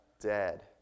dead